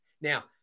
Now